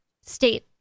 state